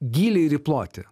gylį ir į plotį